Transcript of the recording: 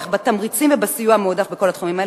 בתמריצים ובסיוע המועדף בכל התחומים האלה,